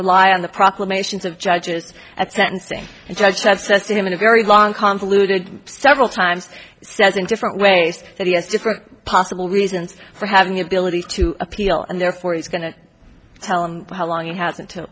rely on the proclamations of judges at sentencing and judge that says to him in a very long convoluted several times says in different ways that he has different possible reasons for having the ability to appeal and therefore he's going to tell you how long you have